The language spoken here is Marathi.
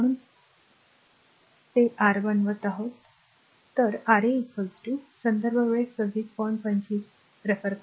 तर ते साफ करतो म्हणून हे r बनवत आहेत ज्याला r कॉल करा